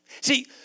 See